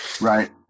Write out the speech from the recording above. Right